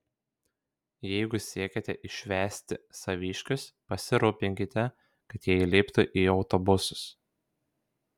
jeigu siekiate išvesti saviškius pasirūpinkite kad jie įliptų į autobusus